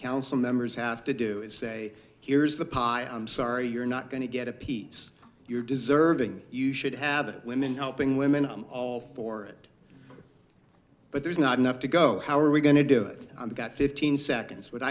council members have to do is say here's the pie i'm sorry you're not going to get a piece you're deserving you should have it women helping women i'm all for it but there's not enough to go how are we going to do it and got fifteen seconds w